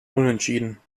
unentschieden